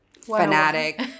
fanatic